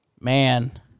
man